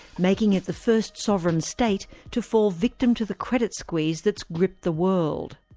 making it the first sovereign state to fall victim to the credit squeeze that's gripped the world.